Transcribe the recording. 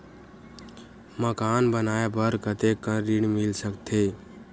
मकान बनाये बर कतेकन ऋण मिल सकथे?